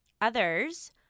Others